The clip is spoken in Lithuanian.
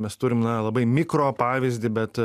mes turime na labai mikro pavyzdį bet